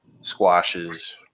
squashes